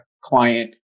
client